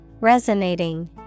Resonating